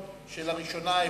עברה בקריאה ראשונה,